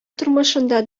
тормышында